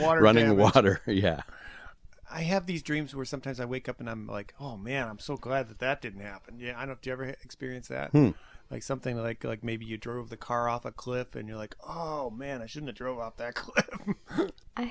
water running water yeah i have these dreams were sometimes i wake up and i'm like oh man i'm so glad that that didn't happen yeah i don't ever experience that like something like like maybe you drove the car off a cliff and you're like oh man i shouldn't drive up there i